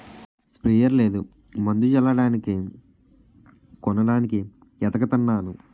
sprayer లేదు మందు జల్లడానికి కొనడానికి ఏతకతన్నాను